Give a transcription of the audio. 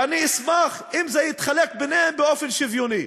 ואני אשמח אם זה יתחלק ביניהם באופן שוויוני.